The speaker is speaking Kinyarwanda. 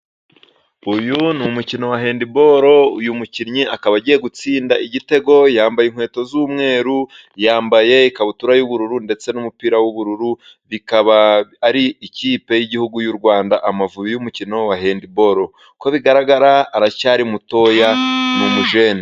Uyu ni umukino wa hendiboro, uyu mukinnyi akaba agiye gutsinda igitego, yambaye inkweto z'umweru, yambaye ikabutura y'ubururu, ndetse n'umupira w'ubururu, ikaba ari ikipe y'igihugu y'u Rwanda Amavubi. Uyu mukinnyi wa hendiboro, Uko bigaragara aracyari mutoya ni umujene.